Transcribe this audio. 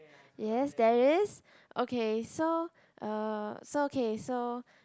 yes there is okay so uh so okay so